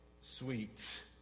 sweet